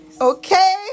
Okay